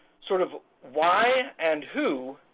sort of why and who